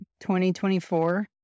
2024